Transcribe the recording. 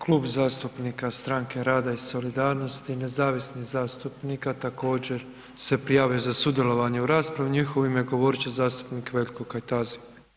Klub zastupnika Stranke rada i solidarnosti, nezavisnih zastupnika također se prijavio za sudjelovanje u raspravi, u njihovo ime govorit će zastupnik Veljko Kajtazi.